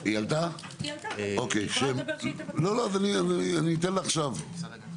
אוקי, אז כשתרצי להגיב, תודיעי.